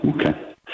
Okay